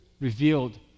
revealed